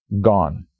gone